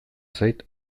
zait